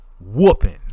Whooping